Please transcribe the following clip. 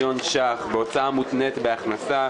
₪ בהוצאה מותנית בהכנסה,